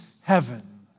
heaven